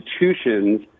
institutions